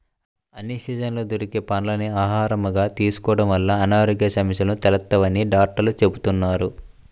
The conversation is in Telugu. అన్ని సీజన్లలో దొరికే పండ్లని ఆహారంగా తీసుకోడం వల్ల అనారోగ్య సమస్యలు తలెత్తవని డాక్టర్లు చెబుతున్నారు